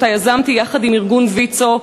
שיזמתי יחד עם ארגון ויצו,